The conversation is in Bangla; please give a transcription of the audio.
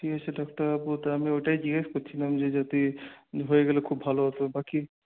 ঠিক আছে ডাক্তারবাবু তা আমি ওইটাই জিজ্ঞেস করছিলাম যে যদি হয়ে গেলে খুব ভালো হত বাকি